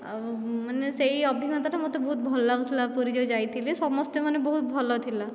ଆଉ ମାନେ ସେହି ଅଭିଜ୍ଞତାଟା ମୋତେ ବହୁତ ଭଲ ଲାଗୁଥିଲା ପୁରୀ ଯେଉଁ ଯାଇଥିଲି ସମସ୍ତେ ମାନେ ବହୁତ୍ ଭଲ ଥିଲା